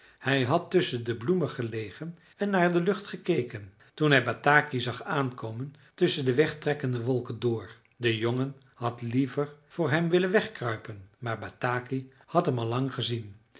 hij had tusschen de bloemen gelegen en naar de lucht gekeken toen hij bataki zag aankomen tusschen de wegtrekkende wolken door de jongen had liever voor hem willen wegkruipen maar bataki had hem al lang gezien